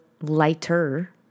lighter